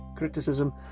criticism